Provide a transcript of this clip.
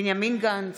בנימין גנץ,